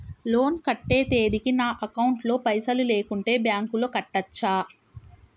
Loan కట్టే తేదీకి నా అకౌంట్ లో పైసలు లేకుంటే బ్యాంకులో కట్టచ్చా?